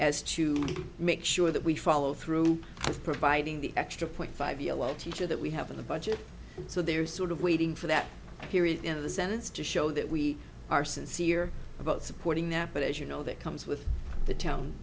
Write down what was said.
as to make sure that we follow through with providing the extra point five yellow teacher that we have in the budget so they are sort of waiting for that period in the sense to show that we are sincere about supporting that but as you know that comes with the